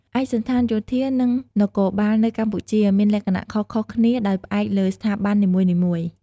ឯកសណ្ឋានយោធា និងនគរបាលនៅកម្ពុជាមានលក្ខណៈខុសៗគ្នាដោយផ្អែកលើស្ថាប័ននីមួយៗ។